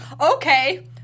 Okay